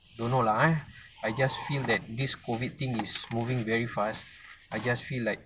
don't know lah ah I just feel that this COVID thing is moving very fast I just feel like